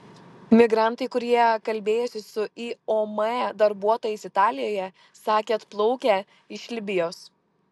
migrantai kurie kalbėjosi su iom darbuotojais italijoje sakė atplaukę iš libijos